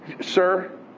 Sir